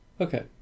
Okay